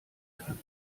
kann